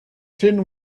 tin